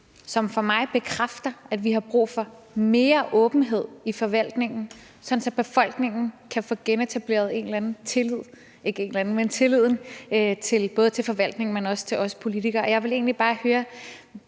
som for mig bekræfter, at vi har brug for mere åbenhed i forvaltningen, sådan at befolkningen kan få genetableret tilliden til både forvaltningen, men også til os politikere. Jeg vil egentlig bare høre,